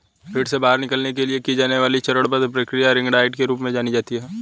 ऋण से बाहर निकलने के लिए की जाने वाली चरणबद्ध प्रक्रिया रिंग डाइट के रूप में जानी जाती है